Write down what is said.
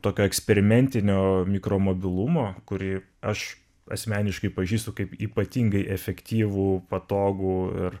tokio eksperimentinio mikromobilumo kurį aš asmeniškai pažįstu kaip ypatingai efektyvų patogų ir